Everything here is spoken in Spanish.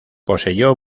poseyó